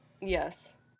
yes